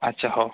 ଆଚ୍ଛା ହଉ